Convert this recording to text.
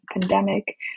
pandemic